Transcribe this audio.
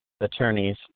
attorneys